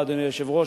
אדוני היושב-ראש,